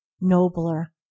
nobler